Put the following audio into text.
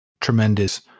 tremendous